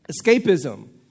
escapism